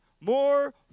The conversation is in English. more